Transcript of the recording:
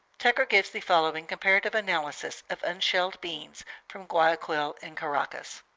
tucker gives the following comparative analysis of unshelled beans from guayaquil and caracas